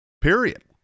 period